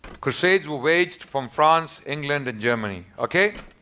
crusades were waged from france, england and germany. okay?